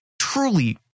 truly